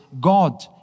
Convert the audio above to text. God